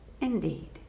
Indeed